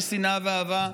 יש שנאה ואהבה,